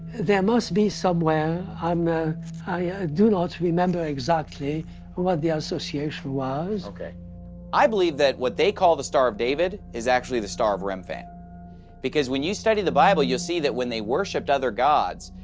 there must be somewhere. um ah i do not remember exactly what the association was. i believe that what they call the star of david is actually the star of remphan because when you study the bible, you see that when they worshiped other gods,